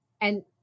And-